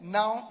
now